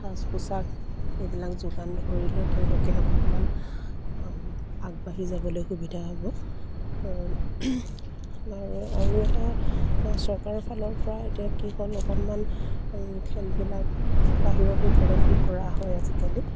সাজ পোছাক এইবিলাক যোগান ধৰিলে তেওঁলোকে অকণমান আগবাঢ়ি যাবলৈ সুবিধা হ'ব আৰু এটা চৰকাৰৰ ফালৰ পৰা এতিয়া কি হ'ল অকণমান খেলবিলাক বাহিৰতো প্ৰদৰ্শন কৰা হয় আজিকালি